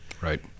Right